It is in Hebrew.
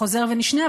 חוזר ונשנה,